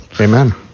Amen